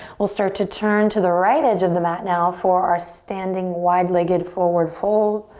we'll start to turn to the right edge of the mat now for our standing wide legged forward fold.